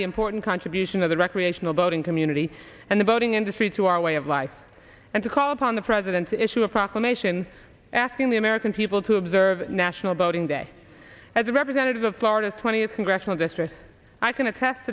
the important contribution of the recreational boating community and the boating industry to our way of life and to call upon the president to issue a proclamation asking the american people to observe national voting day as representative of florida's twentieth congressional district i can attest